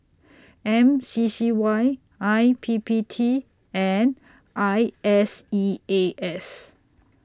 M C C Y I P P T and I S E A S